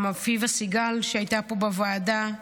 גם אביבה סיגל הייתה פה בוועדה,